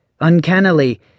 Uncannily